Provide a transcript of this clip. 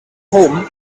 home